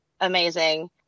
amazing